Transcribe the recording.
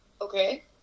okay